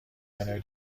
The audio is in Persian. منوی